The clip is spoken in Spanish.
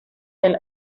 del